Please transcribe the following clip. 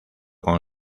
con